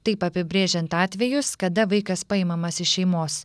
taip apibrėžiant atvejus kada vaikas paimamas iš šeimos